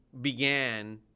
began